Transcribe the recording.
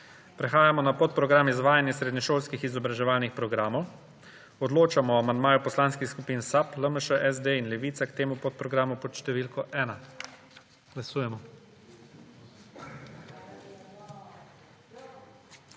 Prehajamo na podprogram Izvajanje srednješolskih izobraževalnih programov. Odločamo o amandmaju poslanskih skupin SAB, LMŠ, SD in Levica k temu podprogramu pod številko 1. Glasujemo.